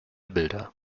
bilder